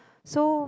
so